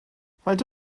faint